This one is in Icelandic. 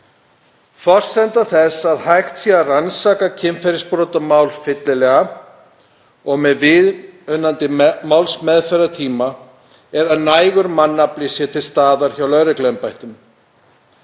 Forsenda þess að hægt sé að rannsaka kynferðisbrotamál fyllilega og með viðunandi málsmeðferðartíma er að nægur mannafli sé til staðar hjá lögregluembættum.